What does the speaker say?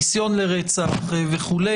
הניסיון לרצח וכו'.